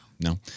No